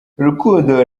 urukundo